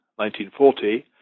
1940